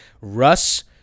Russ